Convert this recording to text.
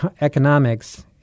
economics